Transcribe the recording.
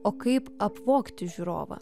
o kaip apvogti žiūrovą